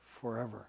forever